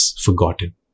forgotten